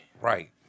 Right